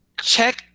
check